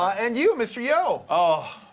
and you, mr. yo? oh, ah